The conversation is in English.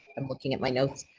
i'm looking at my notes,